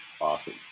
awesome